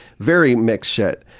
very mixed shit.